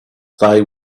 they